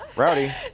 rowdy!